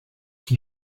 qui